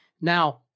Now